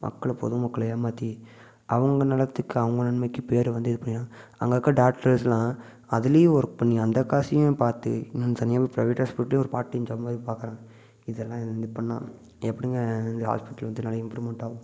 மக்களை பொதுமக்களை ஏமாற்றி அவங்க நலத்துக்கு அவங்க நன்மைக்கு பேர் வந்து இது பண்ணிடுறாங்க அங்க இருக்கற டாக்டர்ஸ்லாம் அதுலேயும் ஒர்க் பண்ணி அந்த காசையும் பார்த்து இன்னும் தனியாக போய் ப்ரைவேட் ஹாஸ்பிட்டல்லேயும் ஒரு பார்ட் டைம் ஜாப் மாதிரி பார்க்குறாங்க இதெல்லாம் இது பண்ணால் எப்படிங்க இந்த ஹாஸ்பிட்டல் வந்து நிறைய இம்ப்ரூவ்மெண்ட் ஆகும்